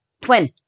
Twin